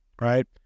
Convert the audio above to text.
right